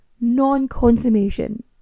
non-consummation